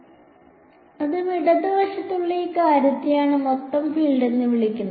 അതിനാൽ അതും ഇടതുവശത്തുള്ള ഈ കാര്യത്തെയാണ് മൊത്തം ഫീൽഡ് എന്ന് വിളിക്കുന്നത്